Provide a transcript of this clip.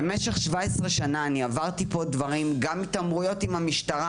שנה, התעמרות עם המשטרה